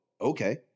okay